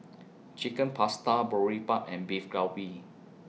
Chicken Pasta Boribap and Beef Galbi